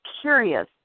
curious